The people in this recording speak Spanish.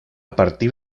partir